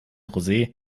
rosé